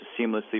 seamlessly